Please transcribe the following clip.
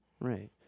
right